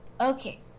Okay